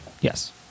yes